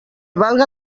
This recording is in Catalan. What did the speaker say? valga